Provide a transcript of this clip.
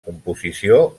composició